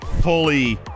fully